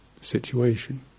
situation